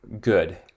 good